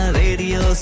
radio